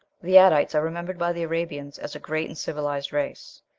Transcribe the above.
the adites are remembered by the arabians as a great and civilized race.